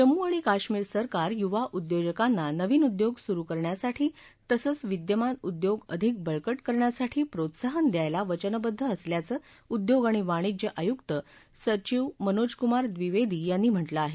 जम्मू आणि कश्मीर सरकार युवा उद्योजकांना नवीन उद्योग सुरु करण्यासाठी तसंच विद्यमान उद्योग अधिक बळकट करण्यासाठी प्रोत्साहन द्यायला वचनबद्ध असल्याचं उद्योग आणि वाणिज्य आयुक्त सचिव मनोजकुमार द्वीवेदी यांनी म्हटलं आहे